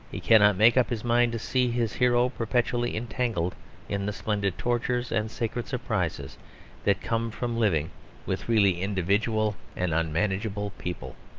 he cannot make up his mind to see his hero perpetually entangled in the splendid tortures and sacred surprises that come from living with really individual and unmanageable people.